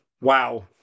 wow